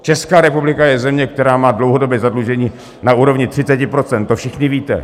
Česká republika je země, která má dlouhodobé zadlužení na úrovni 30 %, to všichni víte.